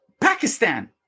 Pakistan